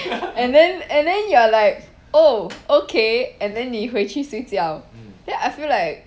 and then and then you are like oh okay and then 你回去睡觉 then I feel like